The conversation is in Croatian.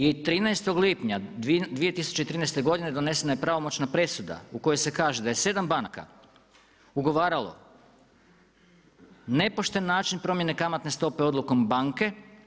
I 13. lipnja 2013. donesena je pravomoćna presuda u kojoj se kaže da je 7 banaka, ugovaralo nepošten način promjene kamatne stope odlukom banke.